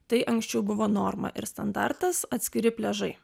tai anksčiau buvo norma ir standartas atskiri pliažai